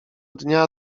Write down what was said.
dnia